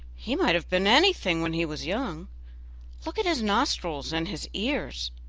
he might have been anything when he was young look at his nostrils and his ears,